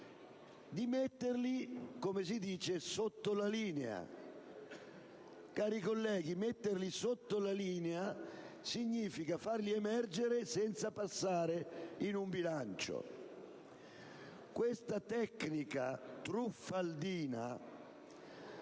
di metterli - come si dice - sotto la linea. Cari colleghi, metterli sotto la linea significa farli emergere senza passare in un bilancio. Questa tecnica truffaldina